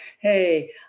hey